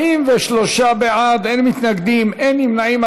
43 בעד, אין מתנגדים, אין נמנעים.